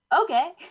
Okay